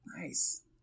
Nice